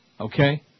okay